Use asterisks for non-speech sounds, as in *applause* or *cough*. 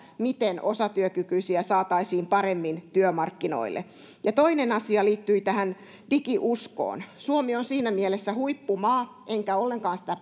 miten osatyökykyisiä saataisiin paremmin työmarkkinoille toinen asia liittyy tähän digiuskoon suomi on siinä mielessä huippumaa enkä ollenkaan sitä *unintelligible*